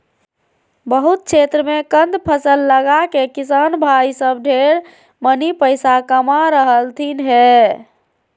बहुत क्षेत्र मे कंद फसल लगाके किसान भाई सब ढेर मनी पैसा कमा रहलथिन हें